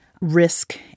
risk